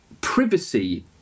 Privacy